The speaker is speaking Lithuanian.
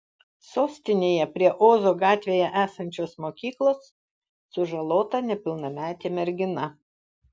sostinėje prie ozo gatvėje esančios mokyklos sužalota nepilnametė mergina